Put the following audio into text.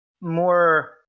more